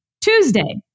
Tuesday